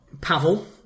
Pavel